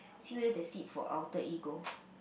see whether there's seat for Alter Ego